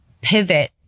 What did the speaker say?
pivot